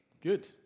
good